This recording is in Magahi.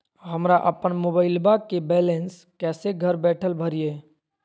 हमरा अपन मोबाइलबा के बैलेंस कैसे घर बैठल भरिए?